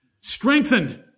Strengthened